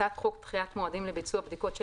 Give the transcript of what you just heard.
הצעת חוק דחיית מועדים לביצוע בדיקות של